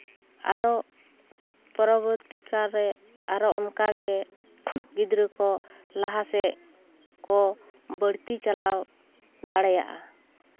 ᱟᱨᱚ ᱯᱚᱨᱚᱵᱚᱨᱛᱤ ᱠᱟᱞᱨᱮ ᱟᱨᱚ ᱚᱱᱠᱟᱜᱮ ᱜᱤᱫᱽᱨᱟᱹ ᱠᱚ ᱞᱟᱦᱟ ᱥᱮᱜ ᱠᱚ ᱵᱟᱹᱲᱛᱤ ᱪᱟᱞᱟᱣ ᱫᱟᱲᱮᱭᱟᱜᱼᱟ